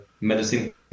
medicine